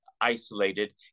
isolated